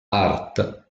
art